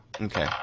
Okay